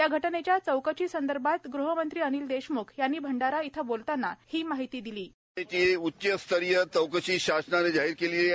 या घटनेच्या चौकशीसंदर्भात गृहमंत्री अनिल देशमुख यांनी भंडारा इथ बोलताना ही माहिती दिली बाईट घटनेची उच्चस्तरीय चौकशी शासनाने जाहीर केली आहे